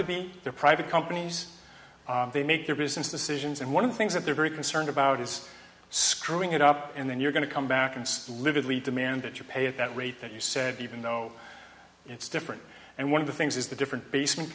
to be the private companies they make their business decisions and one of the things that they're very concerned about is screwing it up and then you're going to come back and live at least demand that you pay at that rate that you said even though it's different and one of the things is the different basement